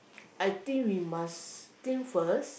I think we must think first